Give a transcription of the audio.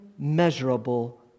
immeasurable